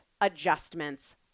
adjustments